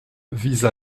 vise